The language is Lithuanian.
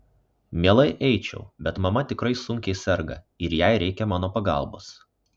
mielai eičiau bet mama tikrai sunkiai serga ir jai reikia mano pagalbos